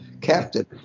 captain